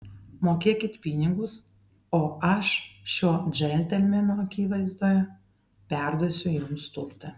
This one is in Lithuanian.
mokėkit pinigus o aš šio džentelmeno akivaizdoje perduosiu jums turtą